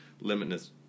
limitless